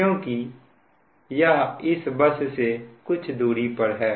क्योंकि यह इस बस से कुछ दूरी पर है